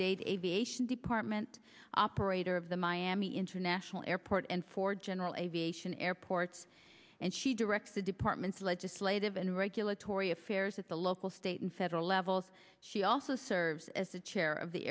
dade aviation department operator of the miami international airport and for general aviation airports and she directs the department's legislative and regulatory affairs at the local state and federal levels she also serves as the chair of the